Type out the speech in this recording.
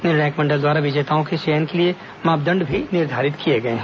निर्णायक मंडल द्वारा विजेताओं के चयन के लिए मापदण्ड भी निर्धारित किए गए हैं